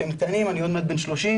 אני עוד מעט בן 30,